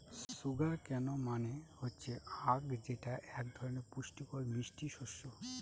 sugar কেন মানে হচ্ছে আঁখ যেটা এক ধরনের পুষ্টিকর মিষ্টি শস্য